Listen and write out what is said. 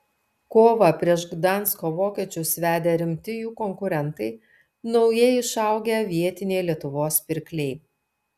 kovą prieš gdansko vokiečius vedė rimti jų konkurentai naujai išaugę vietiniai lietuvos pirkliai